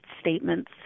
statements